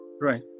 Right